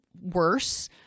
worse